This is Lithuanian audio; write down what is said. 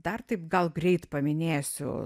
dar taip gal greit paminėsiu